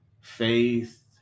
faith